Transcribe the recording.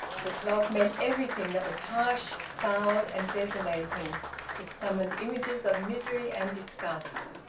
the clog meant everything that was harsh, foul, and desolating it summoned images of misery and disgust.